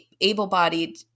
able-bodied